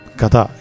Kata